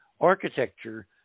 architecture